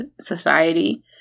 society